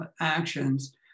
actions